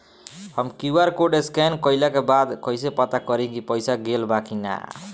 हम QR code scan कइला के बाद कइसे पता करि की पईसा गेल बा की न?